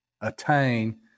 attain